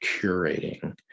curating